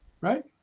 Right